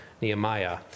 Nehemiah